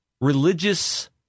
Religious